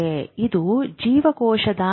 ಇದು ಜೀವಕೋಶದ ದೇಹ